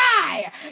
die